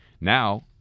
Now